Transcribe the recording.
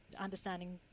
understanding